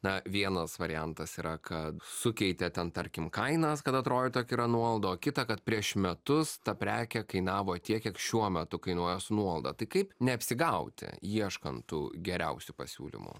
na vienas variantas yra kad sukeitė ten tarkim kainas kad atrodytų jog yra nuolaida o kita kad prieš metus ta prekė kainavo tiek kiek šiuo metu kainuoja su nuolaida tai kaip neapsigauti ieškant tų geriausių pasiūlymų